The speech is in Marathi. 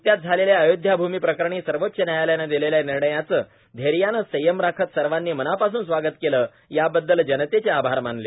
नुकत्याच झालेल्या अय्योध्याभूमी प्रकरणी सर्वोच्च न्यायालयानं दिलेल्या निर्णयाचं धैर्यानं संयम राखत सर्वांनी मनापासून स्वागत केलं याबद्दल जनतेचे आभार मानले